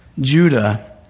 Judah